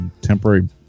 temporary